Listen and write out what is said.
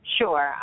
Sure